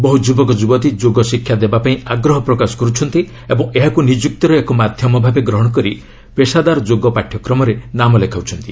ବହୁ ଯୁବକ ଯୁବତୀ ଯୋଗ ଶିକ୍ଷା ଦେବାପାଇଁ ଆଗ୍ରହ ପ୍ରକାଶ କରୁଛନ୍ତି ଏବଂ ଏହାକୁ ନିଯୁକ୍ତିର ଏକ ମାଧ୍ୟମ ଭାବେ ଗ୍ରହଣ କରି ପେସାଦାର ଯୋଗ ପାଠ୍ୟକ୍ରମରେ ନାମ ଲେଖାଉଛନ୍ତି